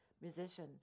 musician